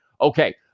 Okay